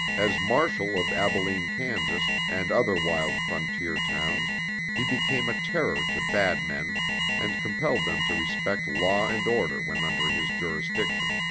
as marshal of abilene, kansas, and other wild frontier towns he became a terror to bad men and compelled them to respect law and order when under his jurisdiction.